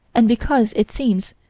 and because it seems,